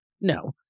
no